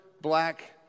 black